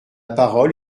parole